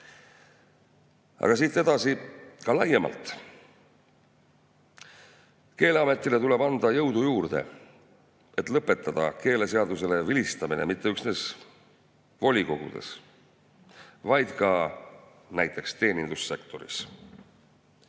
siit edasi ka laiemalt. Keeleametile tuleb anda jõudu juurde, et lõpetada keeleseadusele vilistamine mitte üksnes volikogudes, vaid ka näiteks teenindussektoris.